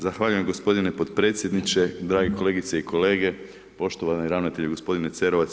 Zahvaljujem gospodine potpredsjedniče, drage kolegice i kolege, poštovani ravnatelju gospodine Cerovac.